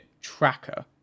tracker